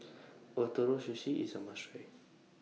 Ootoro Sushi IS A must Try